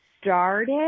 started